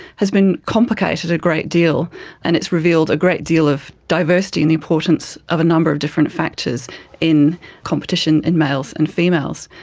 has been complicated a great deal and it's revealed a great deal of diversity and the importance of the number of different factors in competition in males and females.